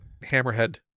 hammerhead